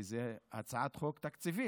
כי זו הצעת חוק תקציבית,